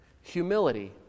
humility